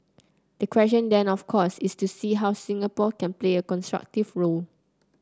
the question then of course is to see how Singapore can play a constructive role